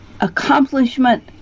accomplishment